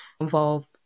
involve